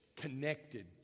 connected